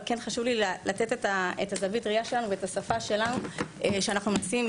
אבל כן חשוב לי לתת את זווית הראייה שלנו ואת השפה שלנו שאנחנו מנסים,